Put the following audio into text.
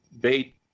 bait